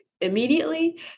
immediately